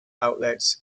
outlets